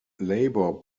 labour